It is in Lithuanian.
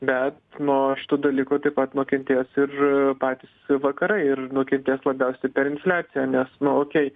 bet nuo šito dalyko taip pat nukentės ir patys vakarai ir nukentės labiausiai per infliaciją nes nu okei